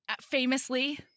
famously